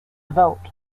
vote